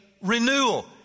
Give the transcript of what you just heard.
renewal